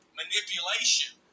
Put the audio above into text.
manipulation